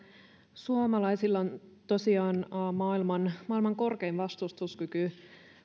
suomalaisilla on tosiaan maailman maailman korkein vastustuskyky